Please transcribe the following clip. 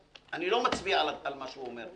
אני לא מצביע על מה שהוא אומר,